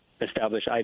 establish